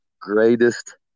greatest